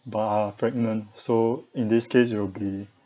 but are pregnant so in this case it will be